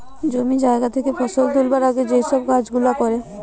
জমি জায়গা থেকে ফসল তুলবার আগে যেই সব কাজ গুলা করে